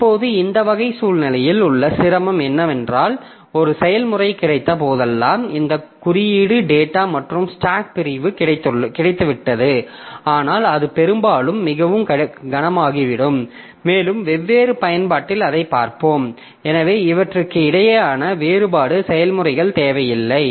இப்போது இந்த வகை சூழ்நிலையில் உள்ள சிரமம் என்னவென்றால் ஒரு செயல்முறை கிடைத்த போதெல்லாம் இந்த குறியீடு டேட்டா மற்றும் ஸ்டாக் பிரிவு கிடைத்துவிட்டது ஆனால் அது பெரும்பாலும் மிகவும் கனமாகிவிடும் மேலும் வெவ்வேறு பயன்பாட்டில் அதைப் பார்ப்போம் எனவே இவற்றுக்கு இடையேயான வேறுபாடு செயல்முறைகள் தேவையில்லை